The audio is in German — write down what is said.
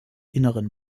innern